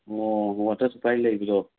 ꯑꯣ water supply ꯂꯩꯕꯗꯣ